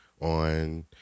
on